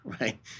right